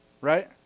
Right